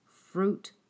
fruit